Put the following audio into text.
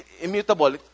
Immutable